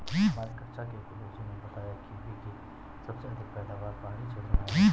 हमारी कक्षा के गुरुजी ने बताया कीवी की सबसे अधिक पैदावार पहाड़ी क्षेत्र में होती है